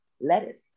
lettuce